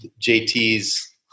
JT's